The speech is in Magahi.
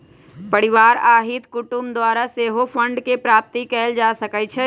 परिवार आ हित कुटूम द्वारा सेहो फंडके प्राप्ति कएल जा सकइ छइ